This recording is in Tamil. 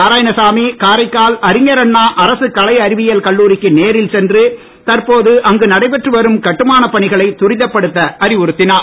நாராயணசாமி காரைக்கால் அறிஞர் அண்ணா அரசு கலை அறிவியல் கல்லுரிக்கு நேரில் சென்று தற்போது அங்கு நடைபெற்று வரும் கட்டுமான பணிகளை துரிதப்படுத்த அறிவுறுத்தினார்